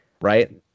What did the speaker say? right